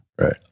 Right